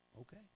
okay